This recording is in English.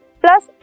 plus